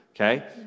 okay